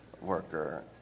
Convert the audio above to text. worker